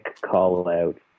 call-out